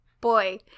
Boy